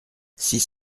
six